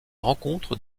rencontre